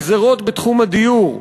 הגזירות בתחום הדיור,